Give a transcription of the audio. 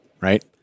Right